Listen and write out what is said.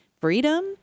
freedom